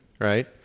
right